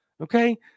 Okay